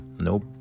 Nope